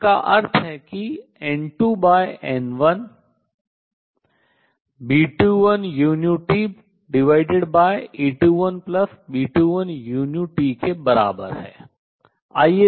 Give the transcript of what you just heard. जिसका अर्थ है कि N2 by N1 B12uTA21B21uT के बराबर है